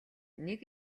нэг